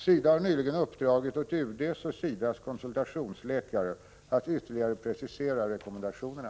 SIDA har nyligen uppdragit åt UD:s och SIDA:s konsultationsläkare att ytterligare precisera rekommendationerna.